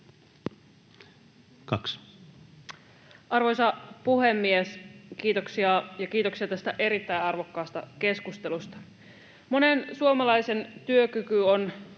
Arvoisa puhemies, kiitoksia! Ja kiitoksia tästä erittäin arvokkaasta keskustelusta. Monen suomalaisen työkyky on